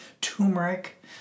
turmeric